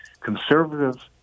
Conservatives